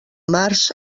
març